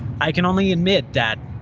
i can only admit that,